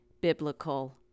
biblical